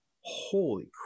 Holy